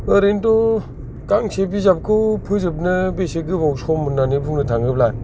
ओरैनोथ' गांसे बिजाबखौ फोजोबनो बेसे गोबाव सम होननानै बुंनो थाङोब्ला